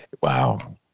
Wow